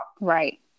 Right